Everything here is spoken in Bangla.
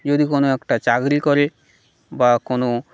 যদি কোনো একটা চাকরি করে বা কোনো